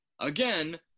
again